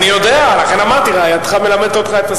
אני יודע, לכן אמרתי: רעייתך מלמדת אותך את השפה.